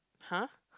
!huh!